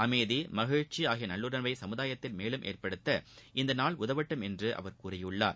அளமதி மகிழ்ச்சி ஆகிய நல்லுணர்வை சமுதாயத்தில மேலும் ஏற்படுத்த இந்த நாள் உதவட்டும் என்று அவர் கூறியிருக்கிறார்